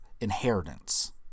inheritance